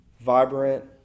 vibrant